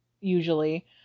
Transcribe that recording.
usually